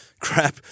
crap